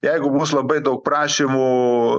jeigu bus labai daug prašymų